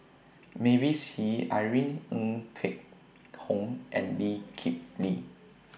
Mavis Hee Irene Ng Phek Hoong and Lee Kip Lee